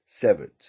Severed